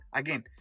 again